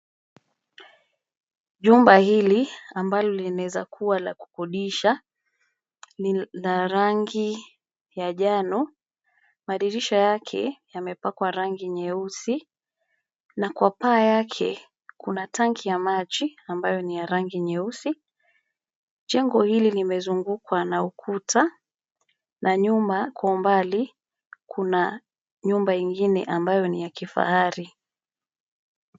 Jumba hili ambalo linaweza kuwa la kukodisha, ni la rangi ya jano. Madirisha yake, yamepakwa rangi nyeusi. Na kwa paa yake, kuna tanki ya maji, ambayo ni ya rangi nyeusi. Jengo hili limezungukwa na ukuta, na nyuma kwa umbali, kuna nyumba ingine, ambayo ni ya kifahari.